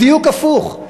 בדיוק הפוך.